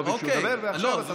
לא ביקשו לדבר, ועכשיו אתה מדבר.